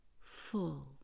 full